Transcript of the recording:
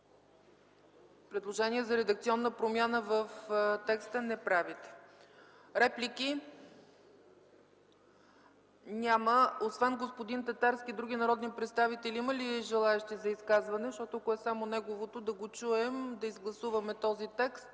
предложение за редакционна промяна в текста. Реплики? Няма. Освен господин Татарски има ли други народни представители, желаещи за изказване, защото ако е само неговото – да го чуем, да гласуваме този текст,